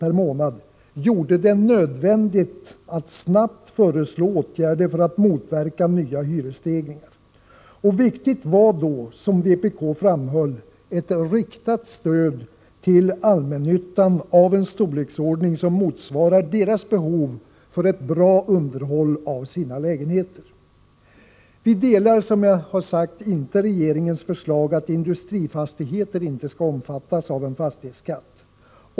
per månad gjorde det nödvändigt att snabbt föreslå åtgärder för att motverka nya hyresstegringar. Viktigt var då, som vpk framhöll, ett riktat stöd till allmännyttan av en storleksordning som motsvarar allmännyttans behov för ett bra underhåll av sina lägenheter. Vi delar, som jag sagt, inte regeringens förslag att industrifastigheter inte skall omfattas av en fastighetsskatt.